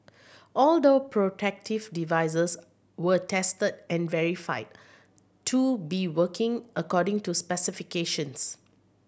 all door protective devices were tested and verified to be working according to specifications